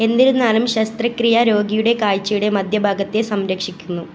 എന്നിരുന്നാലും ശസ്ത്രക്രിയ രോഗിയുടെ കാഴ്ചയുടെ മധ്യഭാഗത്തെ സംരക്ഷിക്കുന്നു